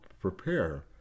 prepare